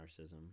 narcissism